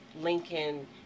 Lincoln